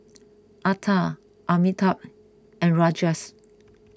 Atal Amitabh and Rajesh